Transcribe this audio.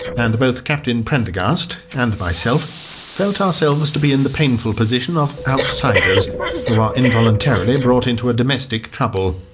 and both captain prendergast and myself felt ourselves to be in the painful position of outsiders who are involuntarily brought into a domestic trouble.